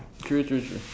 true true true